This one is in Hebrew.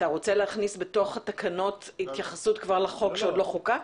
אתה רוצה להכניס בתוך התקנות התייחסות לחוק שעוד לא חוקק?